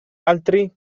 altri